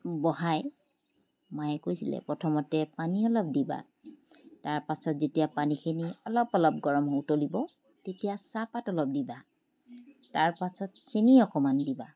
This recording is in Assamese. বহাই মায়ে কৈছিলে প্ৰথমতে পানী অলপ দিবা তাৰপাছত যেতিয়া পানীখিনি অলপ অলপ গৰম হৈ উতলিব ল'ব তেতিয়া চাহপাত অলপ দিবা তাৰপাছত চেনি অকণমান দিবা